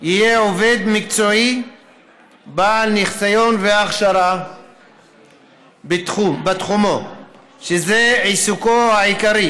יהיה עובד מקצועי בעל ניסיון והכשרה בתחומו שזה עיסוקו העיקרי,